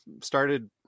started